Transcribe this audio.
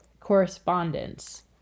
correspondence